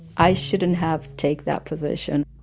i shouldn't have take that position